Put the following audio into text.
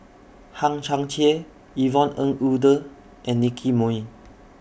Hang Chang Chieh Yvonne Ng Uhde and Nicky Moey